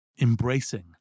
Embracing